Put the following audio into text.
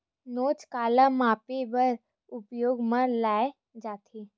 नोच काला मापे बर उपयोग म लाये जाथे?